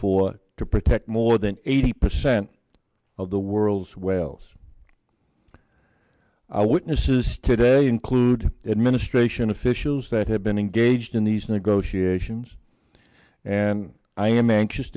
four to protect more than eighty percent cent of the world's whales i witnesses today include administration officials that have been engaged in these negotiations and i am anxious